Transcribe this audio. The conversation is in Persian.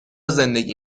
زندگی